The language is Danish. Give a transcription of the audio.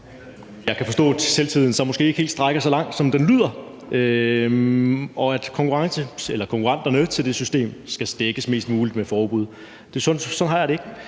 Jeg kan forstå, at selvtilliden så måske ikke strækker helt så langt, som det lyder til, og at konkurrenterne til det system skal stækkes mest muligt med et forbud. Sådan har jeg det ikke.